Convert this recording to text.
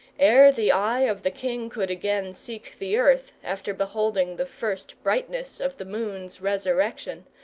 ere the eye of the king could again seek the earth after beholding the first brightness of the moon's resurrection,